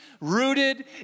rooted